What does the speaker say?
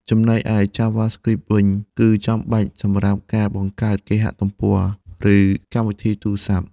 ចំណែកឯ JavaScript វិញ គឺចាំបាច់សម្រាប់ការបង្កើតគេហទំព័រ ឬកម្មវិធីទូរស័ព្ទ។